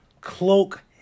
cloak